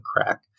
crack